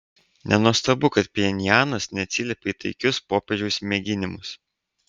nenuostabu kad pchenjanas neatsiliepė į taikius popiežiaus mėginimus